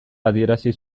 adierazi